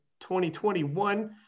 2021